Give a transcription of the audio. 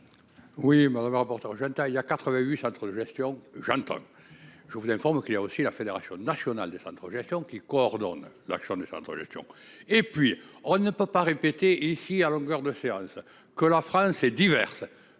Oui madame la rapporteure taille à 88 chantre de gestion, j'entends. Je vous informe qu'il y a aussi la Fédération nationale des de projection qui coordonne l'action du Centre. Et puis on ne peut pas répéter ici à longueur de faire que la France est diverse